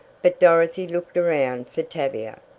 but dorothy looked around for tavia,